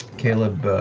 caleb